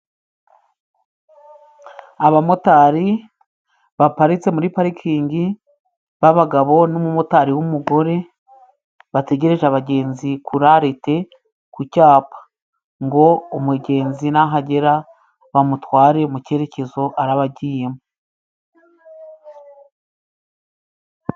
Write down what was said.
Abamotari baparitse muri parikingi b'abagabo n'umumotari w'umugore bategereje abagenzi kuri arete, ku cyapa ngo umugenzi nahagera bamutware mu cyerekezo araba agiyemo.